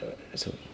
also